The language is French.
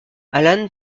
alan